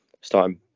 starting